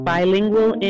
Bilingual